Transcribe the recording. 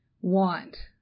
want